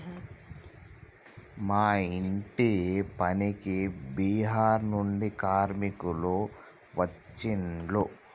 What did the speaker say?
మా ఇంటి పనికి బీహార్ నుండి కార్మికులు వచ్చిన్లు